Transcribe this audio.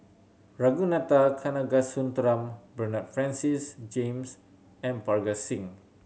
Ragunathar Kanagasuntheram Bernard Francis James and Parga Singh